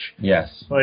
Yes